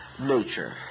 nature